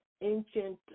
ancient